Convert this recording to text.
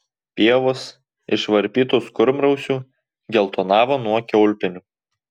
pievos išvarpytos kurmrausių geltonavo nuo kiaulpienių